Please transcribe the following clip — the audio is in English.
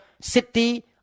city